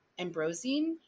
Ambrosine